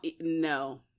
No